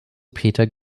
peter